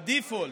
ה-default,